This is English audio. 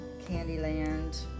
Candyland